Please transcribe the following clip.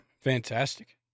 fantastic